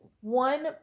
one